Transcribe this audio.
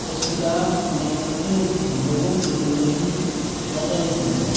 اس کتاب نے کتنے لوگوں کی زندگی بدل دی ہے